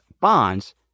bonds